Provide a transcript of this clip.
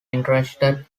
interested